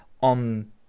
on